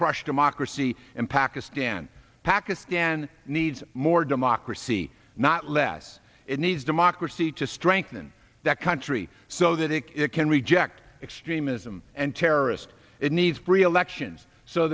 crush democracy in pakistan pakistan needs more democracy not less it needs democracy to strengthen that country so that it can reject extremism and terrorist it needs free elections so